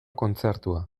kontzertua